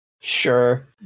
sure